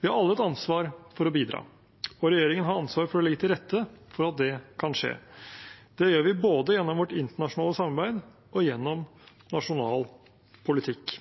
Vi har alle et ansvar for å bidra, og regjeringen har ansvar for å legge til rette for at det kan skje. Det gjør vi både gjennom vårt internasjonale samarbeid og gjennom nasjonal politikk.